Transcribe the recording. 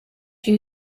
you